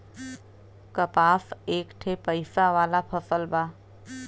कपास एक ठे पइसा वाला फसल बा